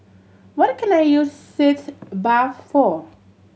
what can I use Sitz Bath for